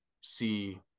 see